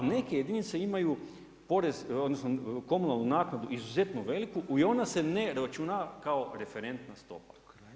A neke jedinice imaju porez, odnosno komunalnu naknadu izuzetno veliku i ona se ne uračunava kao referentna stopa.